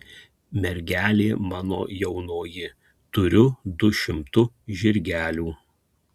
mergelė mano jaunoji turiu du šimtu žirgelių